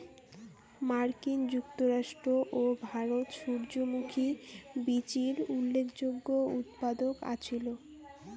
মার্কিন যুক্তরাষ্ট্র ও ভারত সূর্যমুখী বীচির উল্লেখযোগ্য উৎপাদক আছিল